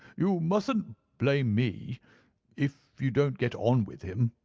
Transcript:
you mustn't blame me if you don't get on with him,